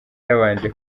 yabanje